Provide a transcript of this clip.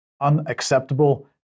unacceptable